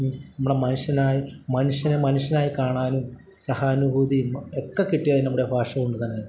നമ്മളെ മനുഷ്യനായി മനുഷ്യനെ മനുഷ്യനായി കാണാനും സഹാനുഭൂതിയുമൊക്കെ കിട്ടിയത് നമ്മുടെ ഭാഷ കൊണ്ടുതന്നെയാണ്